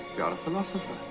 a philosopher.